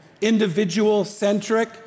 individual-centric